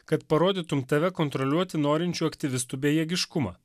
kad parodytum tave kontroliuoti norinčių aktyvistų bejėgiškumą